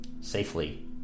safely